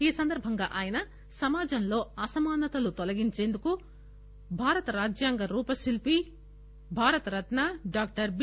ఈ సందర్బంగా ఆయన సమాజంలో అసమానతలు తొలగించేందుకు భారత రాజ్యాంగ రూపశిల్పి భారతరత్న డాక్టర్ బి